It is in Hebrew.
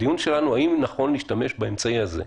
הדיון שלנו הוא האם נכון להשתמש באמצעי הזה,